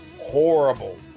horrible